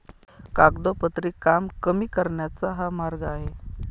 कागदोपत्री काम कमी करण्याचा हा मार्ग आहे